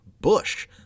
Bush